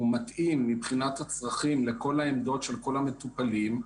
מתאים מבחינת הצרכים לכל העמדות של כל המטופלים,